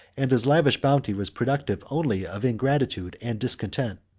and his lavish bounty was productive only of ingratitude and discontent.